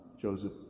Joseph